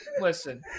Listen